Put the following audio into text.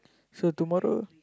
so tomorrow